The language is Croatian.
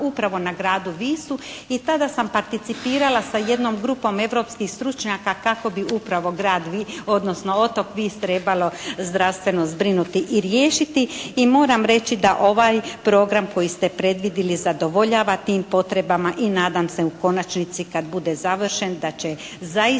upravo na gradu Visu i tada sam participirala sa jednom grupom europskih stručnjaka kako bi upravo grad Vis odnosno otok Vis trebalo zdravstveno zbrinuti i riješiti. I moram reći da ovaj program koji ste predvidili, zadovoljava tim potrebama i nadam se u konačnici kad bude završen da će zaista